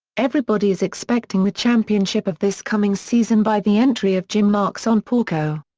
everybody is expecting the championship of this coming season by the entry of jim marx ongpauco.